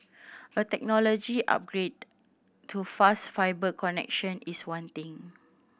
a technology upgrade to faster fibre connection is wanting